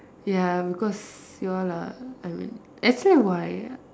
ya because you all are actually why